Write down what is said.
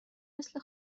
مثل